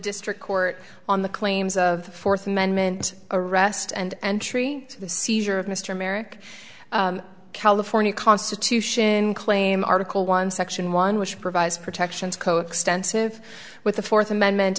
district court on the claims of fourth amendment arrest and entry seizure of mr merrick california constitution claim article one section one which provides protections coextensive with the fourth amendment